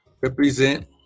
represent